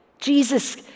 Jesus